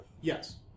Yes